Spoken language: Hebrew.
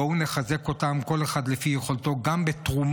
בואו נחזק אותם כל אחד לפי יכולתו גם בתרומות,